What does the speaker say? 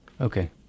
Okay